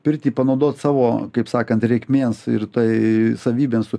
pirtį panaudot savo kaip sakant reikmėms ir tai savybėms